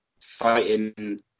fighting